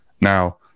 Now